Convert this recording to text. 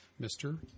Mr